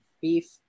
beef